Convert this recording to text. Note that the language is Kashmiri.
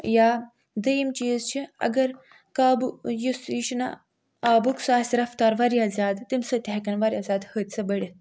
یا دوٚیُِم چیٖز چھُ اَگر کابہٕ یُس یہِ چھُنا آبُک سُہ آسہِ رفتار واریاہ زیادٕ تَمہِ سۭتۍ تہِ ہیٚکن واریاہ زیادٕ حٲدۍثہِ بٔڈِتھ